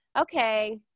okay